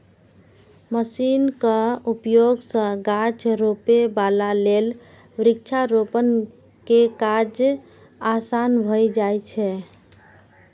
मशीनक उपयोग सं गाछ रोपै बला लेल वृक्षारोपण के काज आसान भए जाइ छै